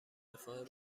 رفاه